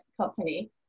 company